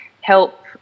help